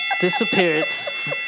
disappearance